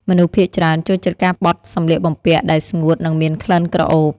មនុស្សភាគច្រើនចូលចិត្តការបត់សម្លៀកបំពាក់ដែលស្ងួត និងមានក្លិនក្រអូប។